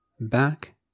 back